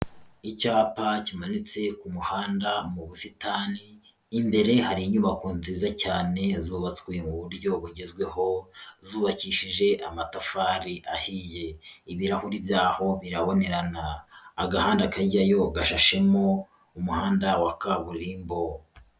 Icyapa kimanitse ku muhanda mu busitani, imbere hari inyubako nziza cyane zubatswe mu buryo bugezweho, zubakishije amatafari ahiye, ibirahuri byaho birabonerana, agahanda kajyayo gashashemo umuhanda wa kaburimbo.